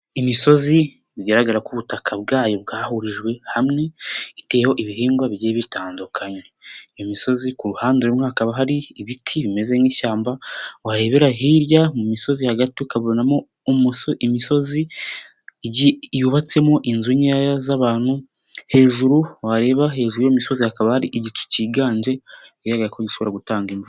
Imisozi bigaragara ko ubutaka bwayo bwahurijwe hamwe iteyeho ibihingwa bigiye bitandukanye, iyo imisozi ku ruhande rumwe hakaba hari ibiti bimeze nk'ishyamba, warebera hirya mu misozi hagati ukabonamo imisozi yubatsemo inzu nkeya z'abantu, hejuru wareba hejuru y'imisozi hakaba ari igicu kiganje ihagakwa gishobora gutanga imvuva.